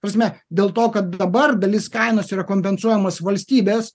ta prasme dėl to kad dabar dalis kainos yra kompensuojamos valstybės